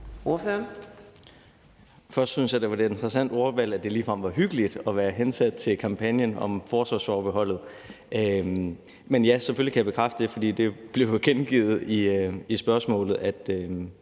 jeg synes, det var et lidt interessant ordvalg, at det ligefrem var »hyggeligt« at være hensat til kampagnen om forsvarsforbeholdet. Men ja, selvfølgelig kan jeg bekræfte det, for det blev jo gengivet i spørgsmålet, at